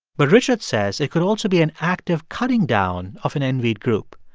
but richard says it could also be an act of cutting down of an envied group.